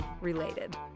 related